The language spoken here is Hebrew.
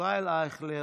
ישראל אייכלר,